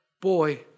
Boy